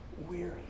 weary